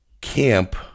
camp